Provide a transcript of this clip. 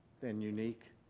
and unique.